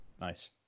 Nice